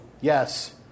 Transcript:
Yes